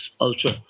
ultra